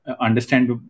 understand